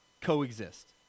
coexist